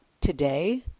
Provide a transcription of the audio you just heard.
today